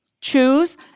choose